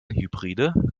hybride